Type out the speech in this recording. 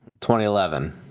2011